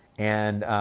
and,